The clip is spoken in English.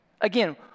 Again